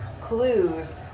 clues